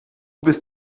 bist